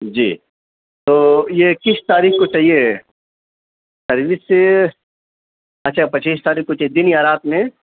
جی تو یہ کس تاریخ کو چاہیے سروس سے اچھا پچیس تاریخ کو چاہیے دِن یا رات میں